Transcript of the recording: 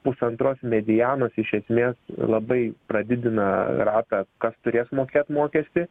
pusantros medianos iš esmės labai pradidina ratą kas turės mokėt mokestį